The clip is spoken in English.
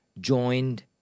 joined